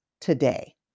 today